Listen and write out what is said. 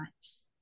lives